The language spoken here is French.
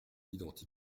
identiques